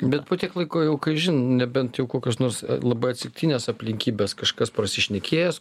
bet po tiek laiko jau kažin nebent jau kokios nors labai atsiktinės aplinkybės kažkas prasišnekėjęs